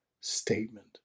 statement